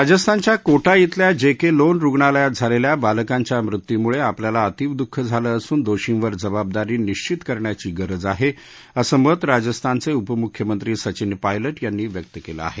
राजस्थानच्या कोठा शिल्या J K Lon रुग्णालयात झालेल्या बालकांच्या मृत्यूमुळे आपल्याला अतीव दुःख झालं असून दोषींवर जबाबदारी निश्वित करण्याची गरज आहे असं मत राजस्थानचे उपमुख्यमंत्री सचिन पायल यांनी व्यक्त केलं आहे